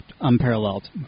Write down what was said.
unparalleled